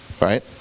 Right